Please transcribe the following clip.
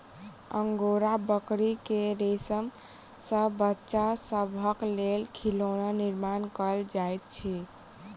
angora बकरी के रेशम सॅ बच्चा सभक लेल खिलौना निर्माण कयल जाइत अछि